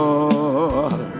Lord